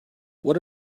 what